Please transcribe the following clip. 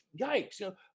yikes